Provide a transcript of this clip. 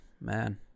man